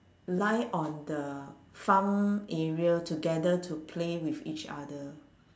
lie on the farm area together to play with each other